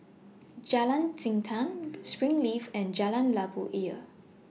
Jalan Jintan Springleaf and Jalan Labu Ayer